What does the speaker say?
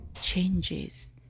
changes